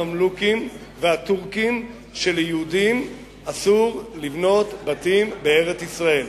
הממלוכים והטורקים שליהודים אסור לבנות בתים בארץ-ישראל.